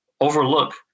overlook